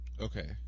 Okay